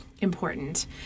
important